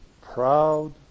Proud